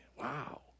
Wow